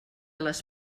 les